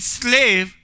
slave